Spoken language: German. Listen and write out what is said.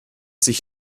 sich